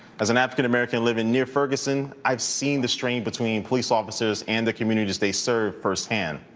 as an african-american living near ferguson, i've seen the strain between police officers and the communities they serve firsthand.